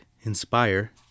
inspire